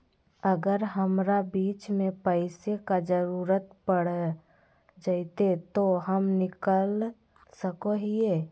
अगर हमरा बीच में पैसे का जरूरत पड़ जयते तो हम निकल सको हीये